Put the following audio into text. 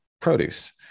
produce